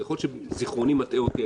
יכול להיות שזכרוני מטעה אותי,